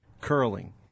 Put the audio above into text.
curling